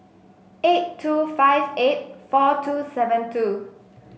eight two five eight four two seven two